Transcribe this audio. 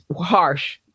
harsh